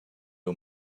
you